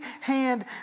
hand